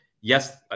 Yes